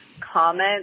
comment